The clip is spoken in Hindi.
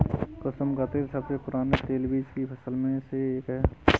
कुसुम का तेल सबसे पुराने तेलबीज की फसल में से एक है